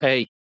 Hey